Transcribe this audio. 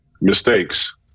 mistakes